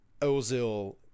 Ozil